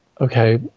okay